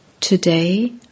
Today